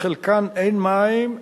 בחלקן אין מים,